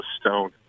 stone